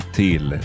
till